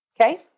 okay